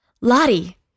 Lottie